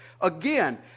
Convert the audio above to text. Again